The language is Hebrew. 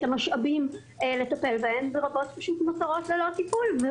המשאבים לטפל בהן ורבות פשוט נותרות ללא טיפול.